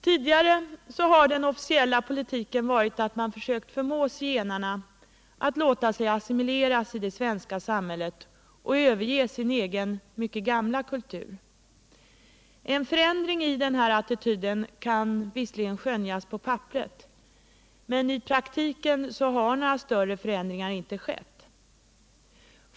Tidigare har den officiella politiken varit att man försökt förmå zigenarna att låta sig assimileras i det svenska samhället och överge sin egen mycket gamla kultur. En förändring i den här attityden kan visserligen skönjas på papperet, men i praktiken har inte några större förändringar skett.